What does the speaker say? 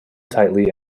tightly